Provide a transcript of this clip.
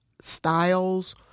styles